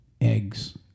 eggs